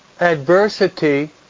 adversity